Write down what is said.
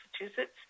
Massachusetts